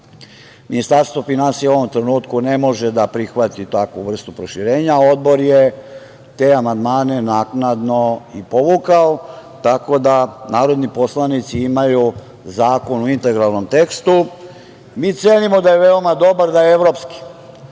Ministarstvo finansija u ovom trenutku ne može da prihvati takvu vrstu proširenja, Odbor je te amandmane naknadno i povukao, tako da narodni poslanici imaju zakon u integralnom tekstu. Mi cenimo da je veoma dobar, da je evropski,